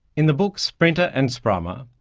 in the book sprinter and sprummer,